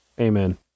Amen